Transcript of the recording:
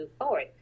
forward